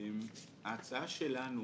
ההצעה שלנו